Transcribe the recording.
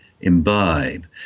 imbibe